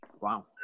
Wow